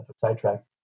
sidetrack